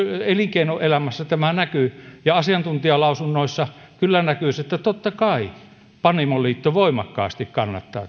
elinkeinoelämässä tämä näkyy ja asiantuntijalausunnoissa kyllä näkyy totta kai panimoliitto voimakkaasti kannattaa